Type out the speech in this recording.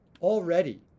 already